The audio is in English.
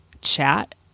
chat